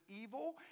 evil